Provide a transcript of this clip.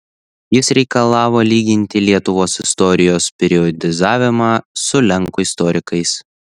jis reikalavo lyginti lietuvos istorijos periodizavimą su lenkų istorikais